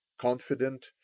confident